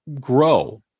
grow